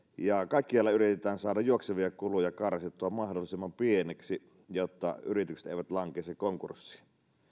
ja kaikkialla yritetään saada juoksevia kuluja karsittua mahdollisimman pieniksi jotta yritykset eivät lankeaisi konkurssiin